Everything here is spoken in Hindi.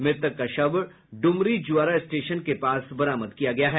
मृतक का शव ड़मरी ज़ुआरा स्टेशन के पास बरामद किया गया है